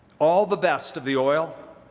all the best of the oil,